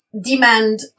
demand